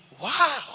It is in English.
wow